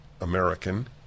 American